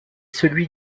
celui